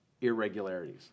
irregularities